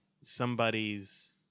somebody's